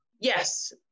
Yes